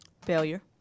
Failure